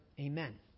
Amen